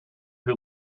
who